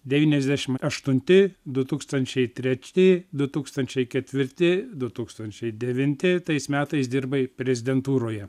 devyniasdešimt aštunti du tūkstančiai treti du tūkstančiai ketvirti du tūkstančiai devinti tais metais dirbai prezidentūroje